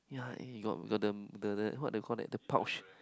yeah he got got the the the what they call that the pouch